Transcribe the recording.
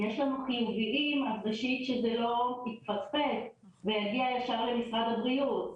אם יש לנו חיוביים אז ראשית שזה לא יתפספס ויגיע ישר למשרד הבריאות.